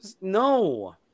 No